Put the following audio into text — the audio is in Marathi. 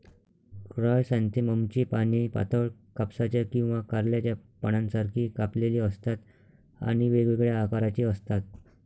क्रायसॅन्थेममची पाने पातळ, कापसाच्या किंवा कारल्याच्या पानांसारखी कापलेली असतात आणि वेगवेगळ्या आकाराची असतात